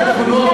אתה יודע,